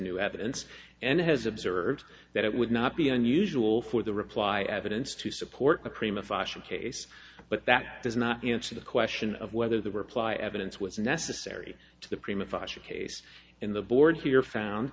new evidence and has observed that it would not be unusual for the reply evidence to support a prima fascia case but that does not answer the question of whether the reply evidence was necessary to the prima fascia case in the board's here found